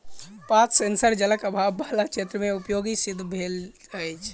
पात सेंसर जलक आभाव बला क्षेत्र मे उपयोगी सिद्ध भेल अछि